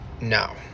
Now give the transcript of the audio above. No